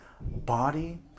body